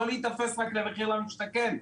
לא להיתפס רק למחיר למשתכן.